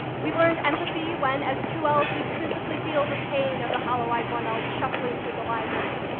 we learned empathy when, as two ls, we could physically feel the pain of the hollow-eyed one ls shuffling through the library.